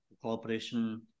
cooperation